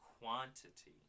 quantity